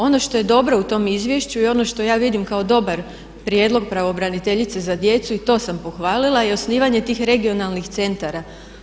Ono što je dobro u tom izvješću i ono što ja vidim kao dobar prijedlog pravobraniteljice za djecu i to sam pohvalila je osnivanje tih regionalnih centara.